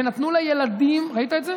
ונתנו לילדים, ראית את זה?